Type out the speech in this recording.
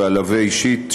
ואלווה אישית,